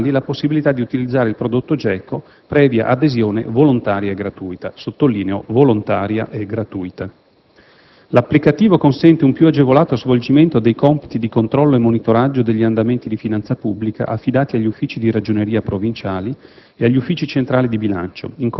estendere alle Amministrazioni statali la possibilità di utilizzare il prodotto GECO, previa adesione volontaria e gratuita (lo sottolineo: volontaria e gratuita). L'applicativo consente un più agevolato svolgimento dei compiti di controllo e monitoraggio degli andamenti di finanza pubblica affidati agli Uffici di Ragioneria provinciali